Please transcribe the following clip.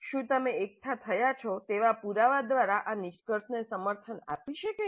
શું તમે એકઠા થયા છો તેવા પુરાવા દ્વારા આ નિષ્કર્ષને સમર્થન આપી શકાય છે